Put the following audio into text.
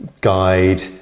guide